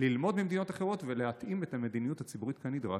ללמוד ממדינות אחרות ולהתאים את המדיניות הציבורית כנדרש.